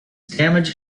damage